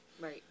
Right